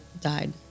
died